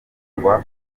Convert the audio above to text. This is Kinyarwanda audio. kundwa